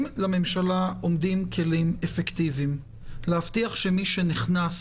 אם לממשלה עומדים כלים אפקטיביים להבטיח שמי שנכנס